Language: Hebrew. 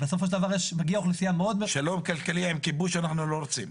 שלום כלכלי עם כיבוש אנחנו לא רוצים.